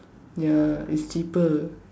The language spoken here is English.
ya it's cheaper